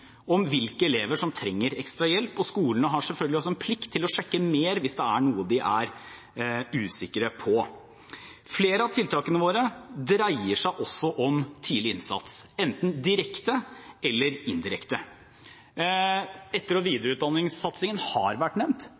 om hvilke elever som trenger ekstra hjelp, og skolene har selvfølgelig også en plikt til å sjekke mer hvis det er noe de er usikre på. Flere av tiltakene våre dreier seg også om tidlig innsats, enten direkte eller indirekte. Etter- og videreutdanningssatsingen har vært nevnt,